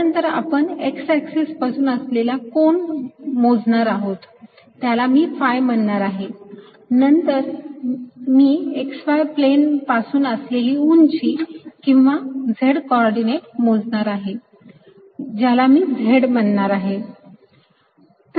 त्यानंतर आपण x axis पासून असलेला कोन मोजणार आहोत त्याला मी phi म्हणणार आहे आणि नंतर मी x y प्लेन पासून असलेली उंची किंवा z कोऑर्डिनेट मोजणार आहे ज्याला मी z म्हणणार आहे